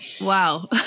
wow